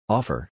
Offer